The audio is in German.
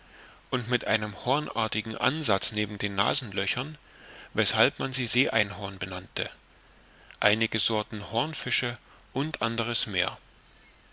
und mit einem hornartigen ansatz neben den nasenlöchern weshalb man sie see einhorn benannte einige sorten hornfische u a m